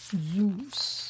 Zeus